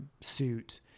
suit